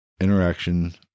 interaction